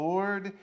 Lord